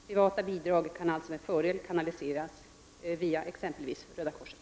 Privata bidrag kan alltså med fördel kanaliseras via exempelvis Röda korset.